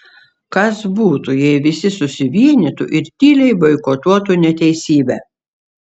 kas būtų jei visi susivienytų ir tyliai boikotuotų neteisybę